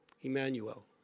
Emmanuel